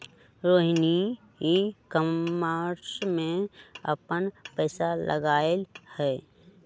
Rohini e commerce में अप्पन पैसा लगअलई ह